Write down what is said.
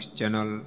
Channel